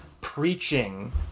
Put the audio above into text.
preaching